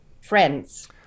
friends